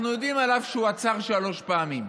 אנחנו יודעים עליו שהוא עצר שלוש פעמים: